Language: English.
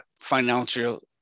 Financial